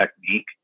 technique